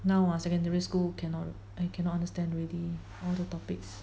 now ah secondary school cannot I cannot understand already all the topics